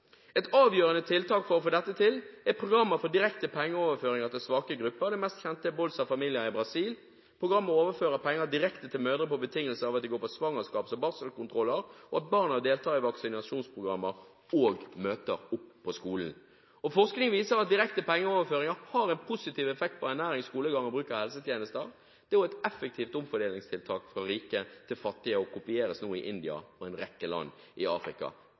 Et avgjørende tiltak for å få dette til er programmer for direkte pengeoverføringer til svake grupper. Det mest kjente er Bolsa Familia i Brasil. Programmet overfører penger direkte til mødre, på betingelse av at de går på svangerskaps- og barselkontroller, og at barna deltar i vaksinasjonsprogrammer og møter opp på skolen. Forskning viser at direkte pengeoverføringer har en positiv effekt på ernæring, skolegang og bruk av helsetjenester. Det er også et effektivt omfordelingstiltak fra rike til fattige, og kopieres nå i India og en rekke land i Afrika.